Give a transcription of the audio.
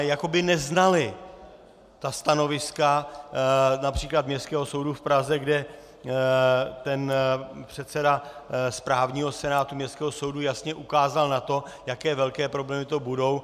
Jako by neznali stanoviska například Městského soudu v Praze, kde předseda správního senátu městského soudu jasně ukázal na to, jaké velké problémy to budou.